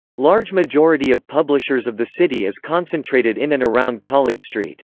large majority of publishers of the city is concentrated in and around college street.